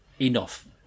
Enough